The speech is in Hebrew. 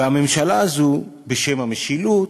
והממשלה הזו, בשם המשילות,